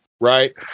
right